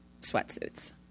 sweatsuits